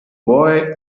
boy